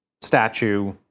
statue